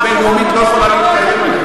בין-לאומית לא יכולה להתקיים היום.